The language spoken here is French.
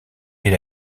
est